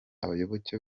abayoboke